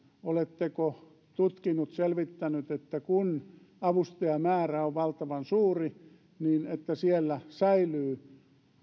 oletteko tutkinut selvittänyt että kun avustajamäärä on valtavan suuri niin siellä säilyy